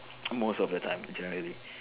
most of the time generally